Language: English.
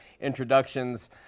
introductions